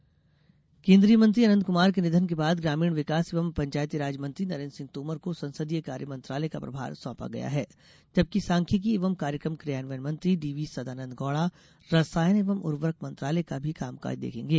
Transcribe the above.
तोमर केंद्रीय मंत्री अनंत कुमार के निधन के बाद ग्रामीण विकास एवं पंचायती राज मंत्री नरेन्द्र सिंह तोमर को संसदीय कार्य मंत्रालय का प्रभार सौंपा गया है जबकि सांख्यिकी एवं कार्यक्रम कियान्वयन मंत्री डीवी सदानन्द गौड़ा रसायन एवं उर्वरक मंत्रालय का भी कामकाज देखेंगे